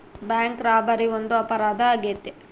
bank robbery ಒಂದು ಅಪರಾಧ ಆಗೈತೆ